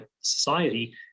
society